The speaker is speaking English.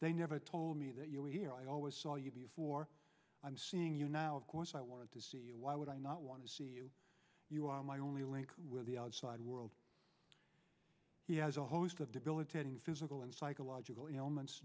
they never told me that you were here i always saw you before i'm seeing you now of course i want to see you why would i not want to see you you are my only link with the outside world he has a host of debilitating physical and psychological